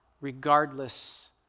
regardless